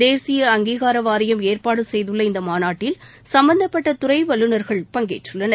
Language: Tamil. தேசிய அங்கீகார வாரியம் ஏற்பாடு செய்துள்ள இந்த மாநாட்டில் சம்பந்தப்பட்ட துறை வல்லுநா்கள் பங்கேற்றுள்ளனர்